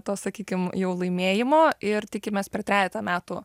to sakykim jau laimėjimo ir tikimės per trejetą metų